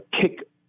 kick